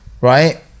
right